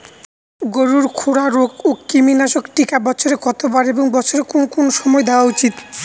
গরুর খুরা রোগ ও কৃমিনাশক টিকা বছরে কতবার এবং বছরের কোন কোন সময় দেওয়া উচিৎ?